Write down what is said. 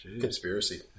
Conspiracy